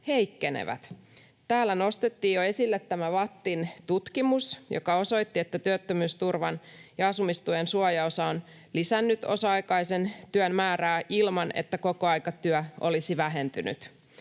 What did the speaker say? heikkenevät. Täällä nostettiin jo esille tämä VATTin tutkimus, joka osoitti, että työttömyysturvan ja asumistuen suojaosa on lisännyt osa-aikaisen työn määrää ilman, että kokoaikatyö olisi vähentynyt.